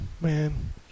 man